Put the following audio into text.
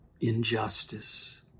injustice